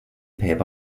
paper